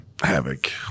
Havoc